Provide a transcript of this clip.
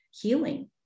healing